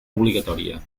obligatòria